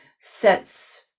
sets